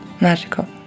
magical